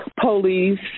police